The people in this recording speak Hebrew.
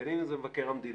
בין אם זה מבקר המדינה,